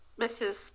Mrs